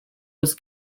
was